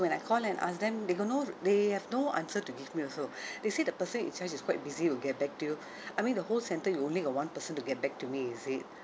when I call and ask them they got no they have no answer to give me also they say the person in charge is quite busy we'll get back to you I mean the whole centre you only got one person to get back to me is it